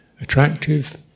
Attractive